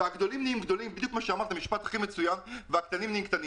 והגדולים נהיה גדולים והקטנים נהיה קטנים,